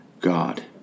God